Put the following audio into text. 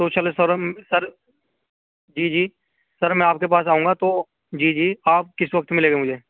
تو چل سر سر جی جی سر میں آپ کے پاس آؤں گا تو جی جی آپ کس وقت ملیں گے مجھے